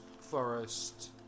forest